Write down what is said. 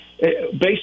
based